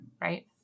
right